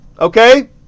Okay